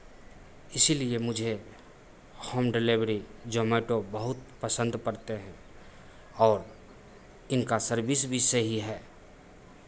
इसीलिए मुझे home delivery Zomato बहुत पसंद पड़ते हैं और इनका सर्विस भी सही है